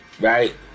Right